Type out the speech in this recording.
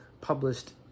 published